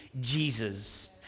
Jesus